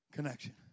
Connection